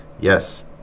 Yes